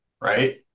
Right